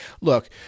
look